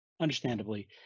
Understandably